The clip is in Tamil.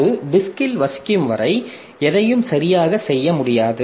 அது டிஸ்க்ல் வசிக்கும் வரை எதையும் சரியாக செய்ய முடியாது